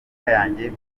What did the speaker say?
yanjye